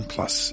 Plus